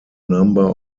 number